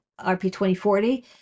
RP2040